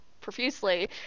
profusely